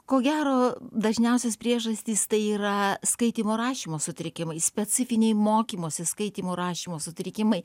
ko gero dažniausios priežastys tai yra skaitymo rašymo sutrikimai specifiniai mokymosi skaitymų rašymo sutrikimai